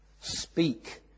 Speak